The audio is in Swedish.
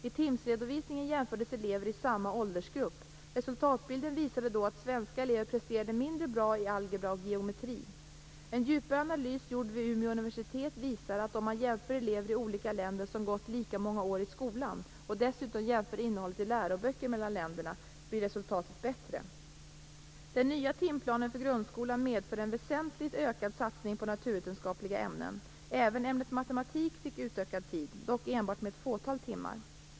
I TIMSS Resultatbilden visade då att svenska elever presterade mindre bra i algebra och geometri. En djupare analys gjord vid Umeå universitet visar, att om man jämför elever i olika länder som gått lika många år i skolan och dessutom jämför innehållet i läroböcker mellan länderna, blir resultatet bättre. Den nya timplanen för grundskolan medför en väsentligt ökad satsning på naturvetenskapliga ämnen. Även ämnet matematik fick utökad tid, dock enbart med ett fåtal timmar.